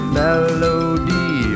melody